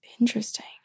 Interesting